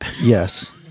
Yes